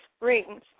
Rings